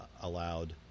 allowed